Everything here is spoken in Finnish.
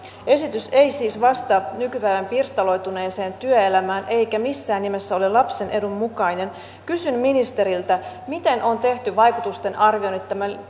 esitys ei siis vastaa nykypäivän pirstaloituneeseen työelämään eikä missään nimessä ole lapsen edun mukainen kysyn ministeriltä miten on tehty vaikutusten arvioinnit tämän